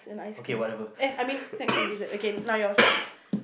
okay whatever